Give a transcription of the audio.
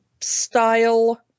style